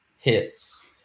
hits